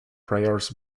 prayers